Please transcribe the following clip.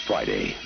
Friday